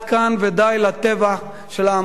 ודי לטבח של העם הסורי.